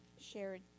shared